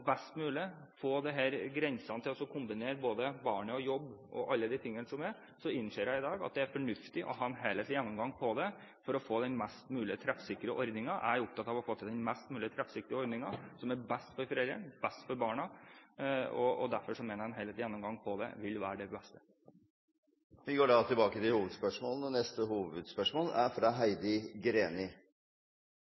best mulig, få disse grensene slik at det er mulig å kombinere både barn og jobb og alle andre ting, så innser jeg i dag at det er fornuftig å ha en helhetlig gjennomgang. Jeg er opptatt av å få til den mest mulig treffsikre ordningen – som er best for foreldrene og best for barna, derfor mener jeg at en helhetlig gjennomgang vil være det beste. Vi går til neste hovedspørsmål. Mitt spørsmål går til